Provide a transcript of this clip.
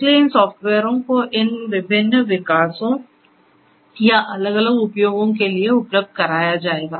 इसलिए इन सॉफ्टवेयरों को इन विभिन्न विकासों या अलग अलग उपयोगों के लिए उपलब्ध कराया जाएगा